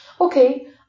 Okay